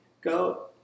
Go